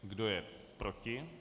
Kdo je proti?